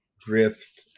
drift